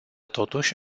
totuși